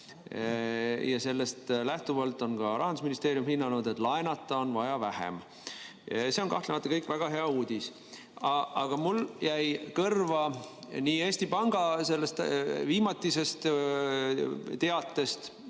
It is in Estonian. Sellest lähtuvalt on Rahandusministeerium hinnanud, et laenata on vaja vähem. See on kahtlemata väga hea uudis. Aga mulle jäi kõrva nii Eesti Panga viimatisest teatest